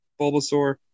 Bulbasaur